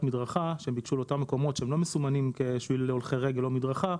מדרכה שביקשו לאותם מקומות שהם לא מסומנים כשביל להולכי רגל או מדרכה,